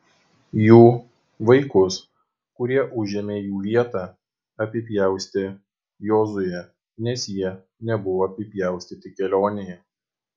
jų vaikus kurie užėmė jų vietą apipjaustė jozuė nes jie nebuvo apipjaustyti kelionėje